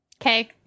Okay